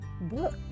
book